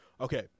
Okay